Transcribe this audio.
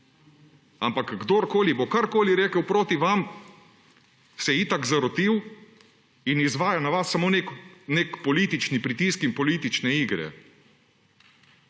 Ampak kdorkoli bo karkoli rekel proti vam, se je itak zarotil in izvajal na vas samo nek politični pritisk in politične igre.